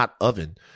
oven